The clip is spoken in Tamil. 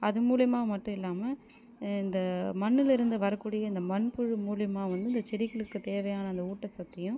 அது மூலயமா மட்டும் இல்லாமல் இந்த மண்ணுலேயிருந்து வரக்கூடிய இந்த மண்புழு மூலயமா வந்து இந்த செடிகளுக்கு தேவையான அந்த ஊட்டசத்தையும்